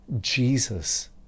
Jesus